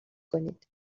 کنید